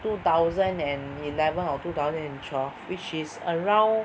two thousand and eleven or two thousand and twelve which is around